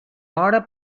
hora